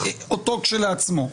אותו כשלעצמו.